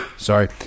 sorry